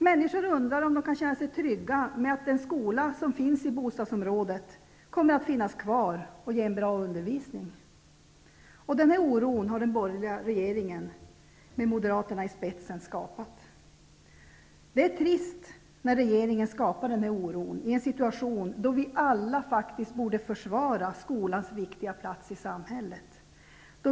Människor undrar om de kan känna sig trygga så till vida att den skola som finns i bostadsområdet kommer att finnas kvar och ge en bra undervisning. Denna oro har den borgerliga regeringen, med Det är trist att regeringen skapar denna oro i en situation då vi alla faktiskt borde försvara skolans viktiga plats i samhället.